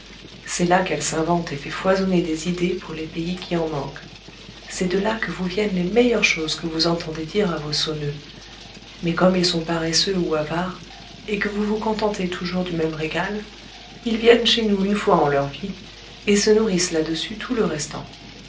c'est là qu'elle s'invente et fait foisonner des idées pour les pays qui en manquent c'est de là que vous viennent les meilleures choses que vous entendez dire à vos sonneux mais comme ils sont paresseux ou avares et que vous vous contentez toujours du même régal ils viennent chez nous une fois en leur vie et se nourrissent là-dessus tout le restant